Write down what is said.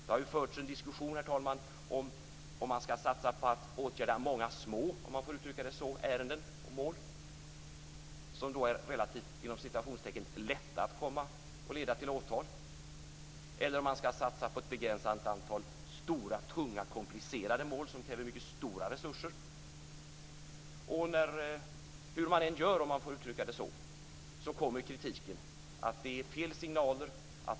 Det har förts en diskussion, herr talman, om man ska satsa på att åtgärda många små ärenden och mål, om jag får uttrycka det så, som är relativt "lätta" att leda till åtal. Eller om man ska satsa på ett begränsat antal stora, tunga och komplicerade mål, som kräver mycket stora resurser. Hur man än gör kommer kritiken: Det är fel signaler.